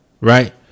right